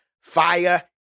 fire